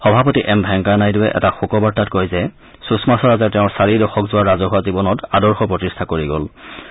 সভাপতি এম ভেংকায়া নাইডুৰে এটা শোক বাৰ্তাত কয় যে সুষমা স্বৰাজে তেওঁৰ চাৰি দশকজোৰা ৰাজহুৱা জীৱনত আদৰ্শ প্ৰতিষ্ঠা কৰি গৈছে